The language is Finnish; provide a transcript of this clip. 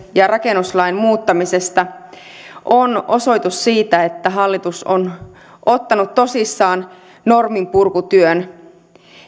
ja rakennuslain muuttamisesta on osoitus siitä että hallitus on ottanut tosissaan norminpurkutyön